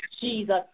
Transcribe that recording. Jesus